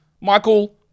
Michael